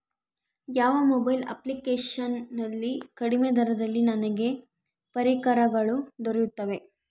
ಯಾವ mobile application ನಲ್ಲಿ ಕಡಿಮೆ ದರದಲ್ಲಿ ನನಗೆ ಪರಿಕರಗಳು ದೊರೆಯುತ್ತವೆ?